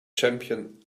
champion